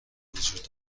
وجود